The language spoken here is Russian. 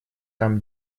там